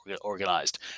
organized